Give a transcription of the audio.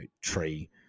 tree